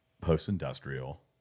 post-industrial